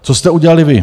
Co jste udělali vy?